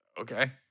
Okay